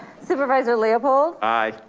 supervisor leopold, aye.